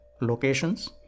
locations